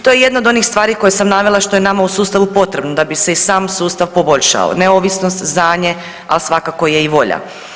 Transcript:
To je jedna od onih stvari koje sam navela što je nama u sustavu potrebno da bi se i sam sustav poboljšao neovisnost, znanje, ali svakako je i volja.